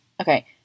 Okay